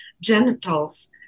genitals